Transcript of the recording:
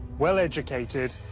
well educated,